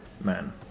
man